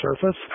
surface